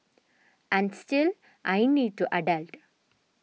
and still I need to adult